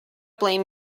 blame